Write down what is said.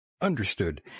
Understood